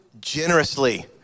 generously